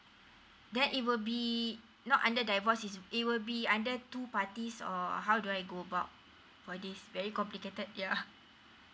that it will be not under divorce is it will be under two parties or how do I go about for this very complicated yeah